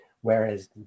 Whereas